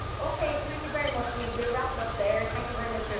okay, thank you very much, we'll wrap it up there. thank you very much